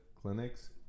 clinics